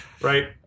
right